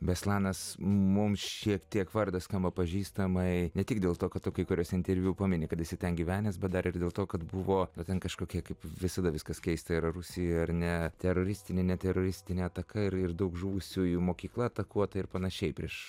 beslanas mums šiek tiek vardas skamba pažįstamai ne tik dėl to kad tu kai kuriuose interviu pamini kad esi ten gyvenęs bet dar ir dėl to kad buvo ten kažkokia kaip visada viskas keista yra rusijoj ar ne teroristinė ne teroristinė ataka ir ir daug žuvusiųjų mokykla atakuota ir panašiai prieš